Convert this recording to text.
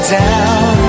down